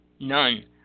none